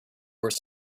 worse